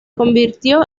convirtió